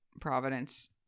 Providence